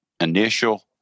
initial